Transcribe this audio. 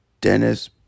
Dennis